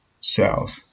south